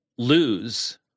lose